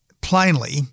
plainly